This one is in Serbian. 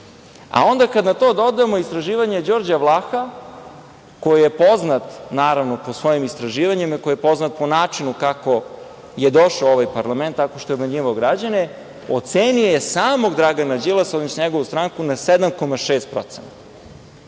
10,5%.Kada na to dodamo istraživanje Đorđa Vlaha koji je poznat, naravno, po svojim istraživanjima, koji je poznat po načinu kako je došao u ovaj parlament, tako što je obmanjivao građane, ocenio je samog Dragana Đilasa, odnosno njegovu stranku na 7,6%